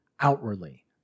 outwardly